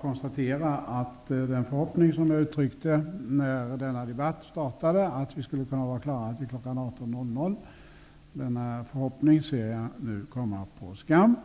konstaterar jag att den förhoppning som jag uttryckte när debatten startade, att vi skulle kunna vara klara till kl. 18.00, ser ut att komma på skam.